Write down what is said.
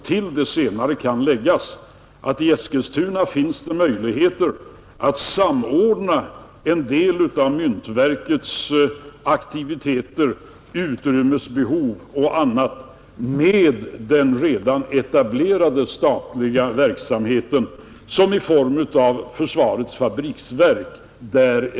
Till det senare kan läggas att i Eskilstuna finns det möjligheter att samordna en del av myntoch justeringsverkets aktiviteter, utrymmesbehov och annat med den redan etablerade statliga verksamhet som där finns i form av försvarets fabriksverk.